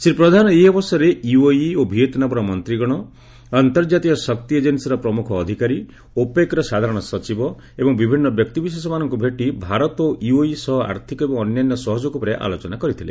ଶ୍ରୀ ପ୍ରଧାନ ଏହି ଅବସରରେ ୟୁଏଇ ଓ ଭିଏତନାମର ମନ୍ତୀଗଣ ଅନ୍ତର୍କାତୀୟ ଶକ୍ତି ଏଜେନ୍କିର ପ୍ରମୁଖ ଅଧିକାରୀ ଓପେକ୍ର ସାଧାରଣ ସଚିବ ଏବଂ ବିଭିନ୍ନ ବ୍ୟକ୍ତିବିଶେଷ ମାନଙ୍କୁ ଭେଟି ଭାରତ ଓ ୟୁଏଇ ସହ ଆର୍ଥିକ ଏବଂ ଅନ୍ୟାନ୍ୟ ସହଯୋଗ ଉପରେ ଆଲୋଚନା କରଥିଲେ